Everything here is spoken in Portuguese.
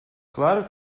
claro